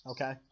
Okay